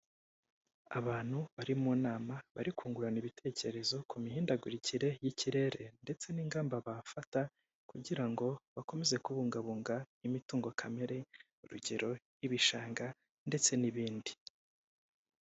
Abantu bari mu nama, bari kungurana ibitekerezo ku mihindagurikire y'ikirere, ndetse n'ingamba bafata kugira ngo bakomeze kubungabunga imitungo kamere; urugero nk'ibishanga, ndetse n'ibindi.